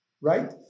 right